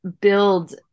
build